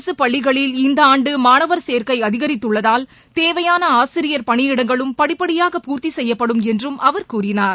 அரசுப் பள்ளிகளில் இந்த ஆண்டு மாணவர் சேர்க்கை அதிகரித்துள்ளதால் தேவையான ஆசிரியர் பணியிடங்களும் படிப்படியாக பூர்த்தி செய்யப்படும் என்றும் அவர் கூறினார்